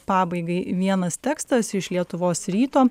pabaigai vienas tekstas iš lietuvos ryto